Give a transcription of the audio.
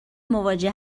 مواجه